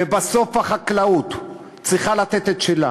ובסוף החקלאות צריכה לתת את שלה,